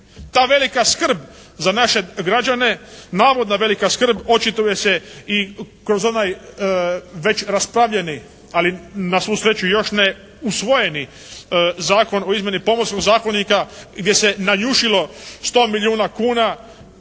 Ta velika skrb za naše građane, navodna velika skrb očituje se i kroz onaj već raspravljeni, ali na svu sreću još neusvojeni Zakon o izmjeni Pomorskog zakonika gdje se nanjušilo 100 milijuna kuna